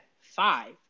five